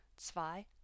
zwei